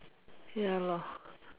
ya lor